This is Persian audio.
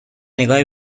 نگاهی